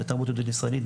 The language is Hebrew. בתרבות היהודית הישראלית,